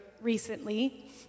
recently